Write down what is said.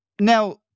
Now